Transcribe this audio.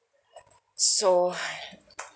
so